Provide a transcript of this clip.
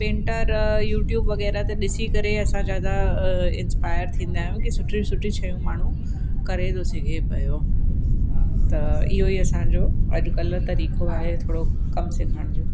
painter YouTube वग़ैरह ते ॾिसी करे असां ज़्यादा इंस्पायर थींदा आहियूं कि सुठी सुठी शयूं माण्हूं करे थो सघे पयो त इहो ई असांजो अॼु कल्ह तरीक़ो आहे थोरो कमु सिखण जो